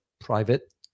private